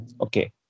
Okay